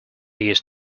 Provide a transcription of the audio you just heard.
used